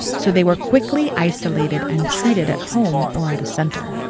so they were quickly isolated and treated at home or at a center.